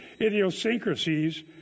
idiosyncrasies